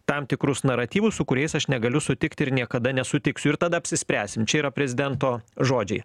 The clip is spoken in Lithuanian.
tam tikrus naratyvus su kuriais aš negaliu sutikti ir niekada nesutiksiu ir tada apsispręsim čia yra prezidento žodžiai